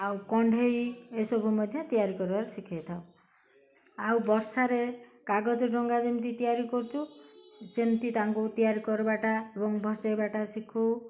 ଆଉ କଣ୍ଢେଇ ଏସବୁ ମଧ୍ୟ ତିଆରି କରିବାର ଶିଖେଇଥାଉ ଆଉ ବର୍ଷାରେ କାଗଜ ଡଙ୍ଗା ଯେମିତି ତିଆରି କରୁଚୁ ସେମିତି ତାଙ୍କୁ ତିଆରି କରିବାଟା ଏବଂ ଭସେଇବାଟା ଶିଖାଉ